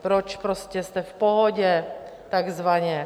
Proč prostě jste v pohodě, takzvaně.